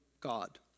God